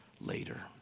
later